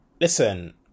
listen